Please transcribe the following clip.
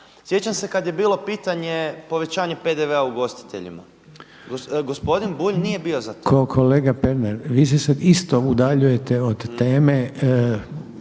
Sjećam se kad je bilo pitanje povećanje PDV-a ugostiteljima gospodin Bulj nije bio za to. **Reiner, Željko (HDZ)** Kolega Pernar vi se sad isto udaljujete od teme